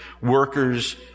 workers